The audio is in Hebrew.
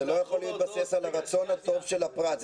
זה לא יכול להתבסס על הרצון הטוב של הפרט.